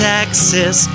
Texas